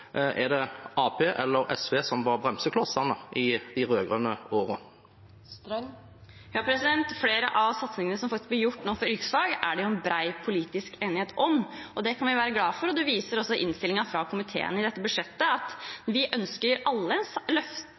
Flere av satsingene som ble gjort innenfor yrkesfag, er det bred politisk enighet om. Det kan vi være glade for, og innstillingen fra komiteen i dette budsjettet viser også at vi alle ønsker et løft